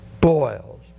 Boils